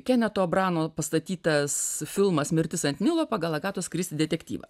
keneto brano pastatytas filmas mirtis ant nilo pagal agatos kristi detektyvą